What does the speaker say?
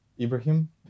Ibrahim